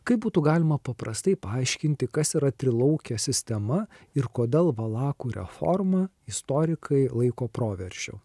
kaip būtų galima paprastai paaiškinti kas yra trilaukė sistema ir kodėl valakų reformą istorikai laiko proveržiu